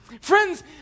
Friends